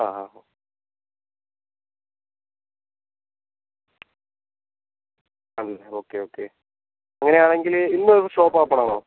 ആ ആണല്ലേ okay okay അങ്ങനെയാണെങ്കിൽ ഇന്ന് ഷോപ്പ് ഓപ്പണാണോ